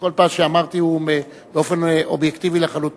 כל מה שאמרתי הוא באופן אובייקטיבי לחלוטין.